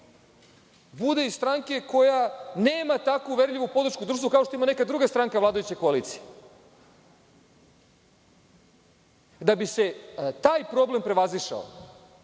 bude iz stranke koja nema tako uverljivu podršku u društvu kao što ima neka druga stranka u vladajućoj koaliciji. Da bi se taj problem prevazišao,